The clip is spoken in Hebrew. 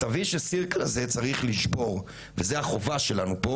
את ה- vicious circleהזה צריך לשבור וזאת החובה שלנו פה